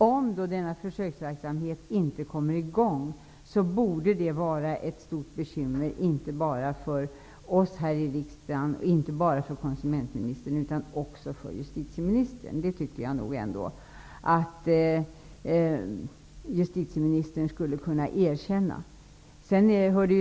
Om denna försöksverksamhet inte kommer i gång borde det medföra ett stort bekymmer, inte bara för oss här i riksdagen och för konsumentministern, utan också för justitieministern. Detta tycker jag nog ändå att justitieministern skulle kunna erkänna.